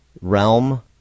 realm